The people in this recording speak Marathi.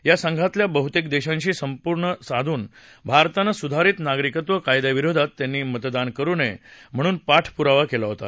या संघातल्या बहुतेक देशांशी संपर्क साधून भारतानं सुधारित नागरिकत्व कायद्याविरोधात त्यांनी मतदान करू नये म्हणून पाठपुरावा केला होता